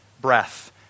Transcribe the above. breath